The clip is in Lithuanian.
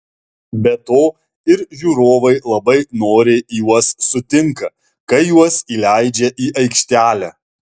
be to ir žiūrovai labai noriai juos sutinka kai juos įleidžia į aikštelę